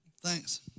Thanks